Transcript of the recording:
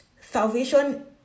salvation